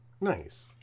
nice